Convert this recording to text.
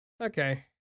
Okay